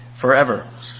forever